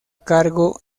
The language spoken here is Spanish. cargo